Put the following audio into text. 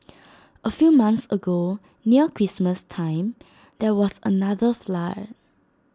A few months ago near Christmas time there was another flood